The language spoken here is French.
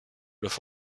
leurs